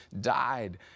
died